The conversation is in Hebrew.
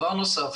דבר נוסף,